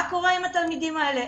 מה קורה עם התלמידים האלה,